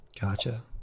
Gotcha